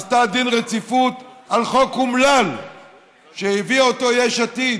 עשתה דין רציפות על חוק אומלל שהביאה יש עתיד.